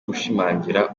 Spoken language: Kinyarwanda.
gushimangira